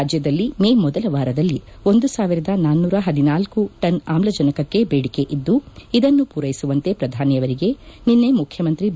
ರಾಜ್ಯದಲ್ಲಿ ಮೇ ಮೊದಲ ವಾರದವರೆಗೆ ಒಂದು ಸಾವಿರದ ನಾನ್ನೂರ ಹದಿನಾಲ್ಲು ಟನ್ ಆಮ್ಲಜನಕಕ್ಕೆ ಬೇಡಿಕೆ ಇದ್ದು ಇದನ್ನು ಪೂರೈಸುವಂತೆ ಪ್ರಧಾನಿ ಅವರಿಗೆ ನಿನ್ನೆ ಮುಖ್ಯಮಂತ್ರಿ ಬಿ